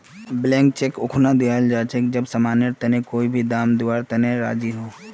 blank cheque उखना दियाल जा छे जब समानेर तने कोई भी दाम दीवार तने राज़ी हो